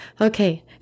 okay